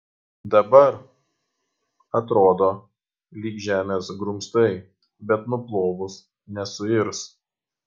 dabar atrodo lyg žemės grumstai bet nuplovus nesuirs